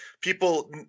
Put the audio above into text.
people